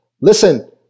listen